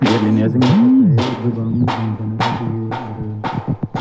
गेलेनाया जोंनि थाखाय गोबां रंजानाय लाबोयो आरो